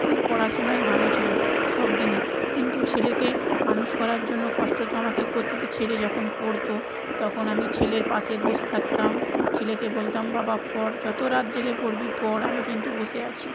খুব পড়াশুনায় ভালো ছিলো সব দিনই কিন্তু ছেলেকে মানুষ করার জন্য কষ্ট তো আমাকে করতে হত ছেলে যখন পড়তো তখন আমি ছেলের পাশে বোস থাকতাম ছেলেকে বলতাম বাবা পড় যত রাত জেগে পড়বি পড় আমি কিন্তু বসে আছি